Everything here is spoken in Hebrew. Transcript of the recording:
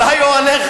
עלי או עליך?